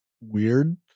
weird